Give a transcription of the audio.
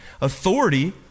Authority